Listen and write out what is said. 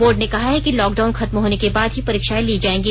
board ने कहा है कि लॉकडाउन खत्म होने के बाद ही परीक्षाएं ली जायेंगी